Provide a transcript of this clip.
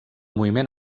moviment